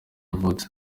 yavutse